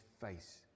face